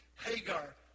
Hagar